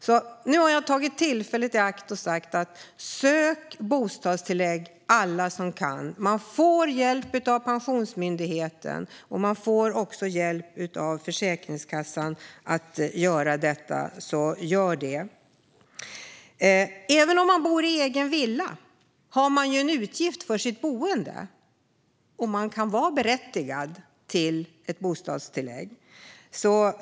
Så nu tar jag tillfället i akt och säger: Sök bostadstillägg, alla som kan! Man får hjälp av Pensionsmyndigheten och Försäkringskassan att göra detta, så gör det! Även om man bor i egen villa har man en utgift för sitt boende och kan vara berättigad till bostadstillägg.